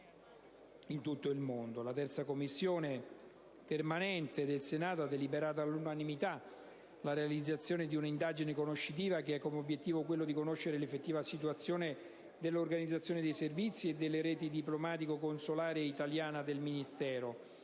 La 3a Commissione permanente del Senato ha deliberato all'unanimità la realizzazione di un'indagine conoscitiva che ha come obiettivo quello di conoscere l'effettiva situazione dell'organizzazione dei servizi e della rete diplomatico-consolare italiana del Ministero.